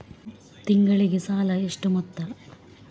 ತಿಂಗಳಿಗೆ ಸಾಲ ಎಷ್ಟು ಮೊತ್ತ?